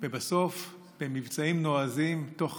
ובסוף, במבצעים נועזים, תוך